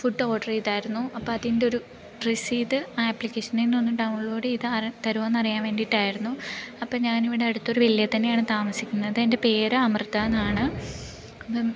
food order ചെയ്തായിരുന്നു അപ്പതിൻറ്റൊരു റസീത് ആപ്പ്ളിക്കേഷനിൽ നിനൊന്നു ഡൗൺലോഡ് ചെയ്തു തരുമോയെന്നറിയാൻ വേണ്ടിയിട്ടായിരുന്നു അപ്പോൾ ഞാനിവിടടുത്തൊരു വില്ലയിൽത്തന്നെയാണ് താമസിക്കുന്നത് എൻ്റെ പേര് അമൃതയെന്നാണ് പം